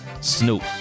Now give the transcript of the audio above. Snoop